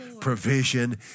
provision